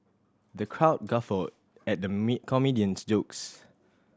the crowd guffawed at the me comedian's jokes